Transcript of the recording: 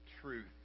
truth